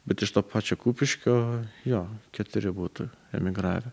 bet iš to pačio kupiškio jo keturi būtų emigravę